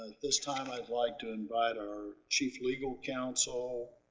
this time i'd like to invite our chief legal counsel,